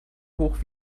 hoch